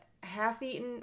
Half-eaten